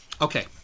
Okay